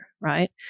right